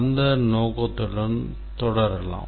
அந்த நோக்கத்துடன் தொடரலாம்